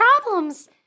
problems